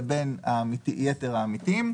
לבין יתר העמיתים,